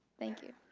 thank you.